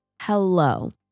hello